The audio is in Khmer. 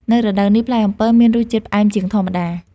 នៅរដូវនេះ ផ្លែអំពិលមានរសជាតិផ្អែមជាងធម្មតា។